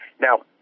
Now